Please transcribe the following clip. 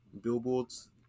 billboards